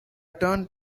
turned